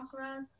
chakras